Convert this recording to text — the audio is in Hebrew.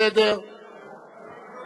יש יתרון שאני אשים